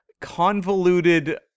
convoluted